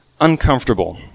uncomfortable